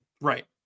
Right